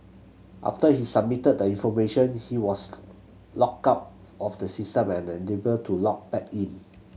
after he submitted the information he was logged out of the system and unable to log back in